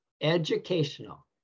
educational